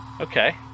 Okay